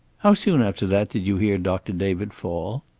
how soon after that did you hear doctor david fall?